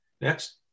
Next